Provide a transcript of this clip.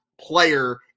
player